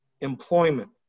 employment